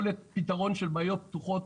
יכולת פתרון של בעיות פתוחות,